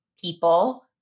people